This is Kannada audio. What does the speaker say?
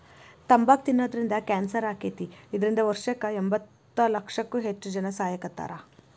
ತಂಬಾಕ್ ತಿನ್ನೋದ್ರಿಂದ ಕ್ಯಾನ್ಸರ್ ಆಕ್ಕೇತಿ, ಇದ್ರಿಂದ ವರ್ಷಕ್ಕ ಎಂಬತ್ತಲಕ್ಷಕ್ಕೂ ಹೆಚ್ಚ್ ಜನಾ ಸಾಯಾಕತ್ತಾರ